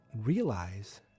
realize